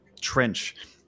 trench